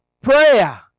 prayer